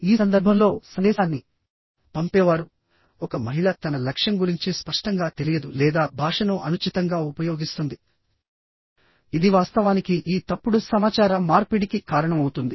ఈ సందర్భంలోసందేశాన్ని పంపేవారు ఒక మహిళ తన లక్ష్యం గురించి స్పష్టంగా తెలియదు లేదా భాషను అనుచితంగా ఉపయోగిస్తుందిఇది వాస్తవానికి ఈ తప్పుడు సమాచార మార్పిడికి కారణమవుతుంది